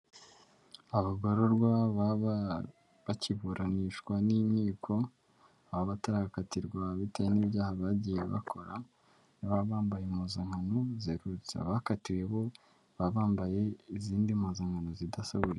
Abagororwa baba bakiburanishwa n'inkiko, baba batarakatirwa bitewe n'ibyaha bagiye bakora, baba bambaye impuzankano zerurutse, abakatiwe bo baba bambaye izindi mpuzankano zidasa.